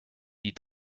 die